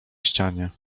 ścianie